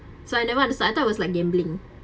so I never understand I thought it was like gambling